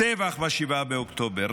טבח ב-7 באוקטובר,